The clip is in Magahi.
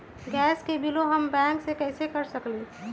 गैस के बिलों हम बैंक से कैसे कर सकली?